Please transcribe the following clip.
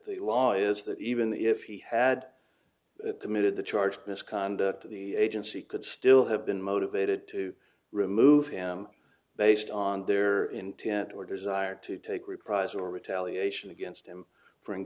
the law is that even if he had committed the charge of misconduct the agency could still have been motivated to remove him based on their intent or desire to take reprisal retaliation against him for